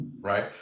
Right